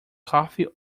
coffee